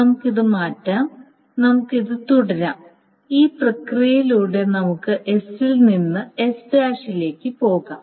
നമുക്ക് ഇത് മാറ്റാം നമുക്ക് ഇത് തുടരാം ഈ പ്രക്രിയയിലൂടെ നമുക്ക് S ൽ നിന്ന് S ലേക്ക് പോകാം